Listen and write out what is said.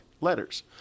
letters